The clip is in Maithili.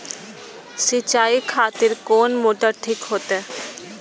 सीचाई खातिर कोन मोटर ठीक होते?